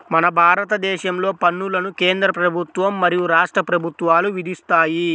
మన భారతదేశంలో పన్నులను కేంద్ర ప్రభుత్వం మరియు రాష్ట్ర ప్రభుత్వాలు విధిస్తాయి